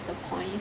the points